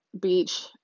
beach